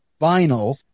vinyl